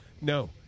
No